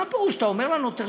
מה פירוש שאתה אומר לנוטריון,